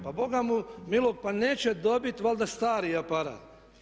Pa Boga mu milog pa neće dobiti valjda stari aparat?